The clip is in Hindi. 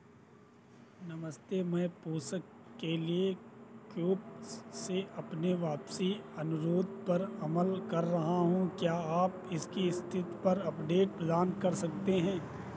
नमस्ते मैं पोसक के लिए कूब्स से अपने वापसी अनुरोध पर अमल कर रहा हूँ क्या आप इसकी स्थिति पर अपडेट प्रदान कर सकते हैं